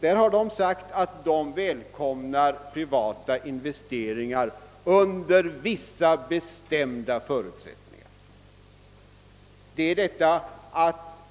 De har sagt att de välkomnar privata investeringar under vissa bestämda förutsättningar.